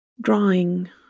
Drawing